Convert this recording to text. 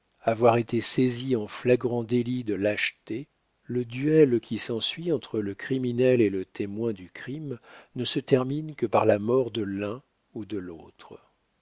avoir été saisi en flagrant délit de lâcheté le duel qui s'ensuit entre le criminel et le témoin du crime ne se termine que par la mort de l'un ou de l'autre